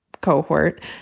cohort